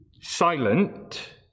silent